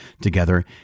together